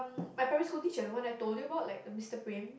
my primary school teacher when I told you about like Mister Brain